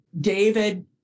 David